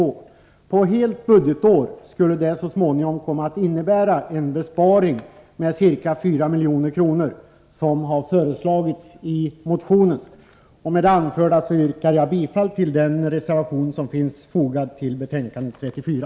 På ett helt budgetår skulle detta så småningom innebära en besparing på ca 4 milj.kr., som föreslagits i motionen. Med det anförda yrkar jag bifall till den reservation som är fogad till betänkande 34.